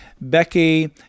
Becky